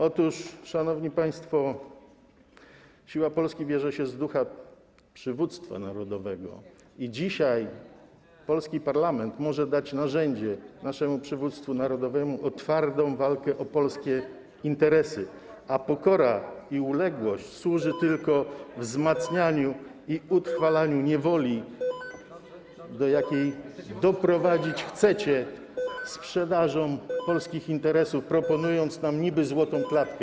Otóż, szanowni państwo, siła Polski bierze się z ducha przywództwa narodowego i dzisiaj polski parlament może dać narzędzie naszemu przywództwu narodowemu do twardej walki o polskie interesy, a pokora i uległość służą tylko wzmacnianiu i utrwalaniu niewoli, do jakiej chcecie doprowadzić sprzedażą polskich interesów, proponując nam niby złotą klatkę.